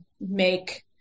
make